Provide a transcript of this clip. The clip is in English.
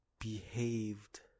behaved